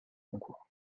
concours